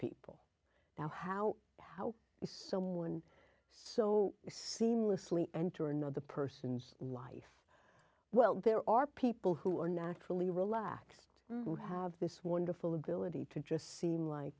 people now how how does someone so seamlessly enter another person's life well there are people who are naturally relaxed who have this wonderful ability to just seem like